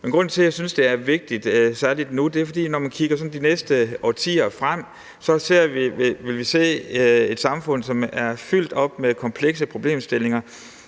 men grunden til, at jeg særlig nu synes, det er vigtigt, er, at vi, når vi sådan kigger de næste årtier frem, vil se et samfund, som er fyldt op med komplekse problemstillinger,